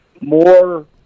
more